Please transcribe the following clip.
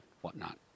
whatnot